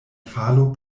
falo